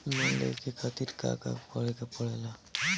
Loan लेवे के खातिर का करे के पड़ेला?